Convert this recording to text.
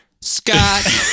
Scott